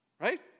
Right